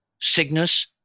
Cygnus